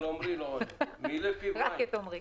אבל עמרי בן חורין מילא פיו מים.